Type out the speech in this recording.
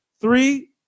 Three